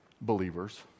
Believers